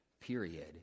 period